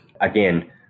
again